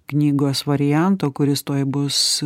knygos varianto kuris tuoj bus